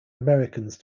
americans